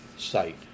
Site